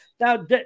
Now